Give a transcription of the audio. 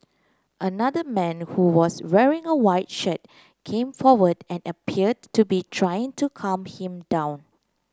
another man who was wearing a white shirt came forward and appeared to be trying to calm him down